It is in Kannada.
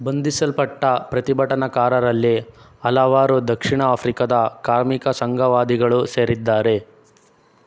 ಬಂಧಿಸಲ್ಪಟ್ಟ ಪ್ರತಿಭಟನಾಕಾರರಲ್ಲಿ ಹಲವಾರು ದಕ್ಷಿಣ ಆಫ್ರಿಕದ ಕಾರ್ಮಿಕ ಸಂಘವಾದಿಗಳು ಸೇರಿದ್ದಾರೆ